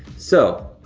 so,